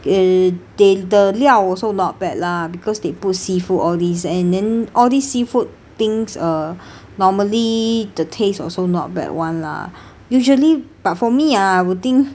uh they the 料 also not bad lah because they put seafood all these and then all these seafood things uh normally the taste also not bad [one] lah usually but for me ah I would think